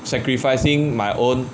sacrificing my own